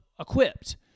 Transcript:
equipped